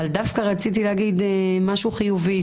רציתי להגיד משהו חיובי.